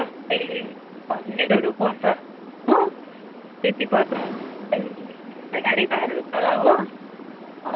हन्ड्रेडहरू पर्छ हो त्यति पर्छ गाडी भाडा हुन्छ हो